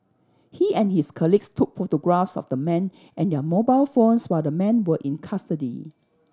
he and his colleagues took photographs of the men and their mobile phones while the men were in custody